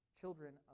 children